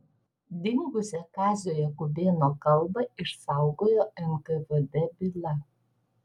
dingusią kazio jakubėno kalbą išsaugojo nkvd byla